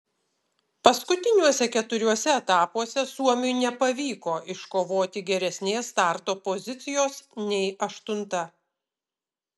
paskutiniuose keturiuose etapuose suomiui nepavyko iškovoti geresnės starto pozicijos nei aštunta